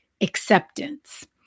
acceptance